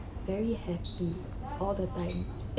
very happy all the time